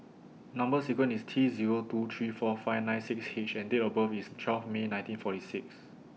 Number sequence IS T Zero two three four five nine six H and Date of birth IS twelve May nineteen forty six